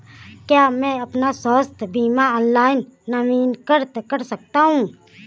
क्या मैं अपना स्वास्थ्य बीमा ऑनलाइन नवीनीकृत कर सकता हूँ?